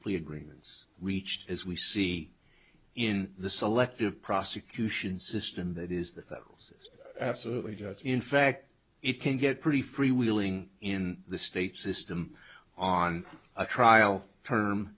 plea agreements reached as we see in the selective prosecution system that is that says absolutely in fact it can get pretty freewheeling in the state system on a trial term